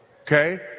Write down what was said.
okay